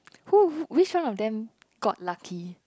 who which one of them got lucky